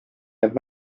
jääb